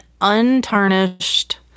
untarnished